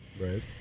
Right